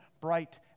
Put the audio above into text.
bright